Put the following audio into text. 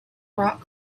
rock